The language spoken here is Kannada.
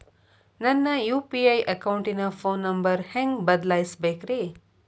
ನನ್ನ ಯು.ಪಿ.ಐ ಅಕೌಂಟಿನ ಫೋನ್ ನಂಬರ್ ಹೆಂಗ್ ಬದಲಾಯಿಸ ಬೇಕ್ರಿ?